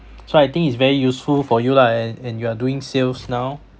so I think it's very useful for you lah and and you are doing sales now